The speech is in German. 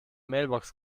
mailbox